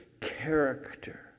character